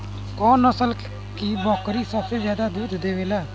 कौन नस्ल की बकरी सबसे ज्यादा दूध देवेले?